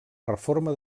reforma